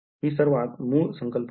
हि सर्वात मूळ संकल्पना आहे